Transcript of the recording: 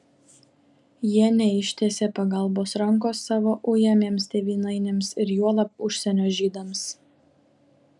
jie neištiesė pagalbos rankos savo ujamiems tėvynainiams ir juolab užsienio žydams